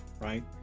right